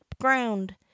ground